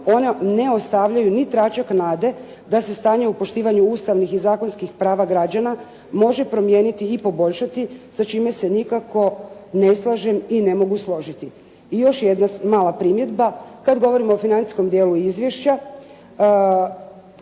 ona ne ostavljaju ni tračak nade da se stanje u poštivanju ustavnih i zakonskih prava građana može promijeniti i poboljšati sa čime se nikako ne slažem i ne mogu složiti. I još jedna mala primjedba. Kad govorimo o financijskom dijelu izvješća,